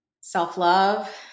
Self-love